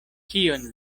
kion